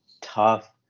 tough